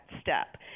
step